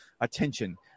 attention